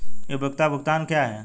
उपयोगिता भुगतान क्या हैं?